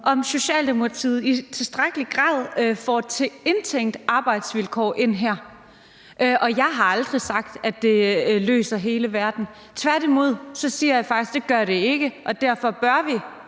om Socialdemokratiet i tilstrækkelig grad får indtænkt arbejdsvilkår her. Jeg har aldrig sagt, at det løser hele verden; tværtimod siger jeg faktisk, at det ikke gør det, og derfor bør vi